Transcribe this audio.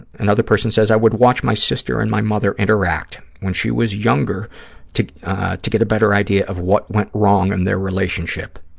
another person says, i would watch my sister and my mother interact when she was younger to to get a better idea of what went wrong in and their relationship.